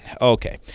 okay